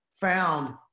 found